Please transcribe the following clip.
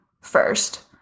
first